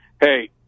Hey